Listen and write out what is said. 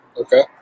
Okay